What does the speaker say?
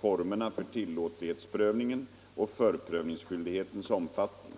formerna för tillåtlighetsprövningen och förprövningsskyldighetens omfattning.